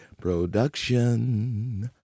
Production